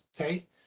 Okay